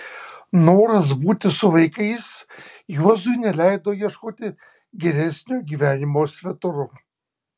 noras būti su vaikais juozui neleido ieškoti geresnio gyvenimo svetur